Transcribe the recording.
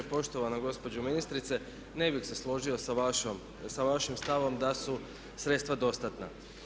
Poštovana gospođo ministrice, ne bih se složio sa vašim stavom da su sredstva dostatna.